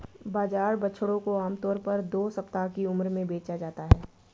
बाजार बछड़ों को आम तौर पर दो सप्ताह की उम्र में बेचा जाता है